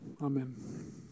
Amen